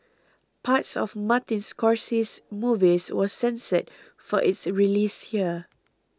parts of Martin Scorsese's movies were censored for its release here